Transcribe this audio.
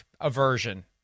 aversion